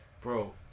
Bro